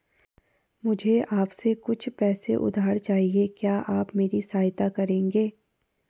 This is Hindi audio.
मुझे आपसे कुछ पैसे उधार चहिए, क्या आप मेरी सहायता करेंगे?